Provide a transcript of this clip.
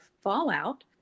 fallout